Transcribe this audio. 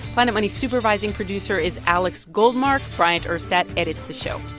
planet money's supervising producer is alex goldmark. bryant urstadt edits the show.